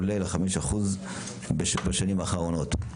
עלה ל-5% בשנים האחרונות.